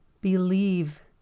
believe